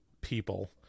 people